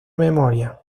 memoria